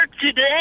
today